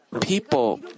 people